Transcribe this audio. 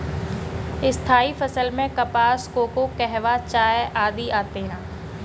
स्थायी फसल में कपास, कोको, कहवा, चाय आदि आते हैं